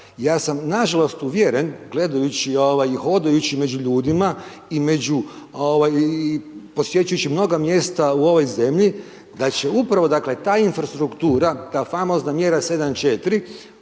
Ja sam nažalost uvjeren, gledajući i hodajući među ljudima i među, posjećujući mnoga mjesta u ovoj zemlji da će upravo, dakle, ta infrastruktura, ta famozna mjera 74